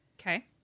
Okay